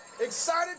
excited